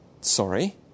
sorry